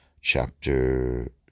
chapter